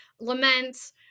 lament